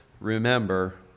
remember